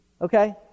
okay